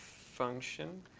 function.